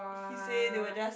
he say they were just